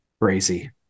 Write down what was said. Crazy